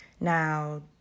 Now